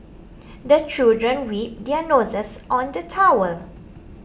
the children wipe their noses on the towel